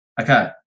Okay